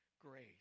grace